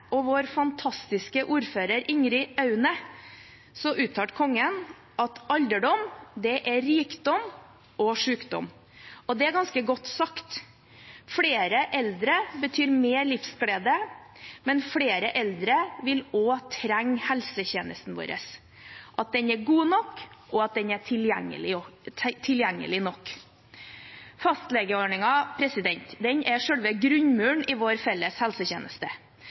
og vår fantastiske ordfører, Ingrid Aune, uttalte han at alderdom er rikdom og sykdom. Og det er ganske godt sagt. Flere eldre betyr mer livsglede, men flere eldre vil også trenge helsetjenesten vår – at den er god nok, og at den er tilgjengelig nok. Fastlegeordningen er selve grunnmuren i vår felles helsetjeneste.